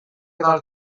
del